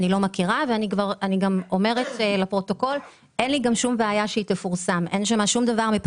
אין לי שום בעיה שהיא תפורסם כי אין